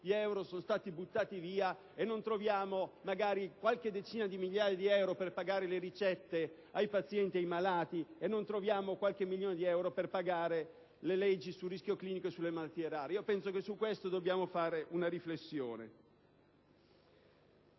euro sono stati buttati via, e non troviamo magari qualche decina di migliaia di euro per pagare le ricette ai pazienti e ai malati e per sostenere finanziariamente i provvedimenti sul rischio clinico e le malattie rare. Penso che su questo dobbiamo fare una riflessione.